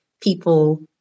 people